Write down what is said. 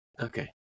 Okay